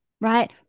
right